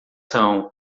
são